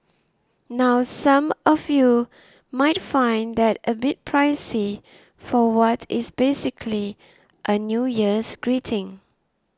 now some of you might find that a bit pricey for what is basically a New Year's greeting